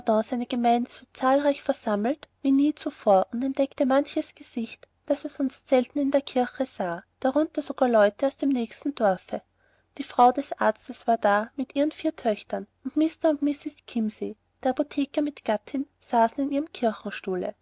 seine gemeinde so zahlreich versammelt wie nie zuvor und entdeckte manches gesicht das er sonst selten in der kirche sah darunter sogar leute aus dem nächsten dorfe die frau des arztes war da mit ihren vier töchtern und mr und mrs kimsey der apotheker mit gattin saßen in ihrem